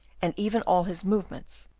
and even all his movements,